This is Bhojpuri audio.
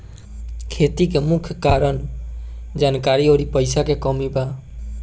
खेती के मुख्य कारन जानकारी अउरी पईसा के कमी बा